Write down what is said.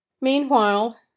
Meanwhile